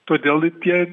todėl i tie